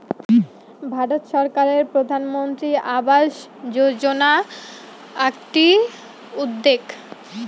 ভারত সরকারের প্রধানমন্ত্রী আবাস যোজনা আকটি উদ্যেগ